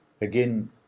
again